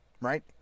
right